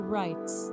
rights